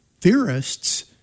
theorists